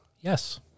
Yes